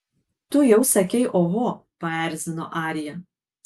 tu jau sakei oho paerzino arija